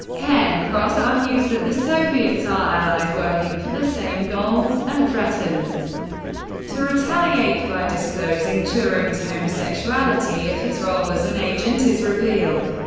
cairncross argues that the soviets are allies working for the same goals, and threatens to retaliate by disclosing turing's homosexuality if his role as an agent is revealed.